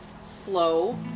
slow